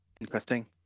interesting